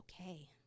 okay